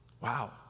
Wow